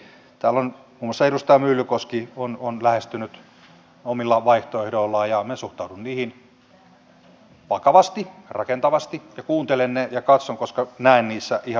täällä on muun muassa edustaja myllykoski lähestynyt omilla vaihtoehdoillaan ja minä suhtaudun niihin vakavasti rakentavasti ja kuuntelen ne ja katson koska näen niissä ihan vahvaa potentiaalia